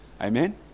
Amen